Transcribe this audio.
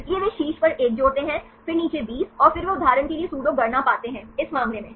इसलिए वे शीर्ष पर एक जोड़ते हैं फिर नीचे 20 और फिर वे उदाहरण के लिए सूडो गणना पाते हैं इस मामले में